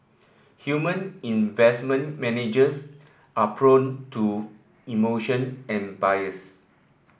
human investment managers are prone to emotion and bias